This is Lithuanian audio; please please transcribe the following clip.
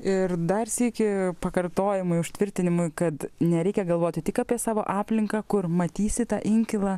ir dar sykį pakartojimui užtvirtinimui kad nereikia galvoti tik apie savo aplinką kur matysi tą inkilą